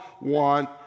want